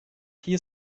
hier